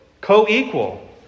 Co-equal